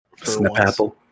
Snapple